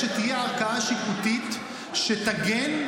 מהם האיזונים והבלמים של בג"ץ, תן לי איזון אחד.